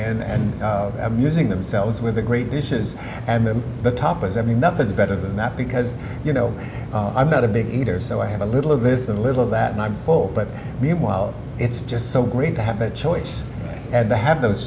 in and amusing themselves with the great dishes and then the top i mean nothing's better than that because you know i'm not a big eater so i have a little of this a little of that and i'm full meanwhile it's just so great to have that choice and to have those